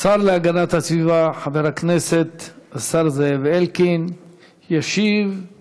להגנת הסביבה חבר הכנסת זאב אלקין ישיב על